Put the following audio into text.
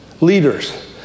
leaders